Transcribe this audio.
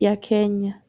ya kenya